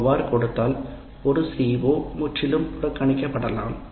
அவ்வாறு கொடுத்தால் ஒரு CO முற்றிலும் புறக்கணிக்க படலாம்